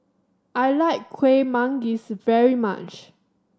I like Kueh Manggis very much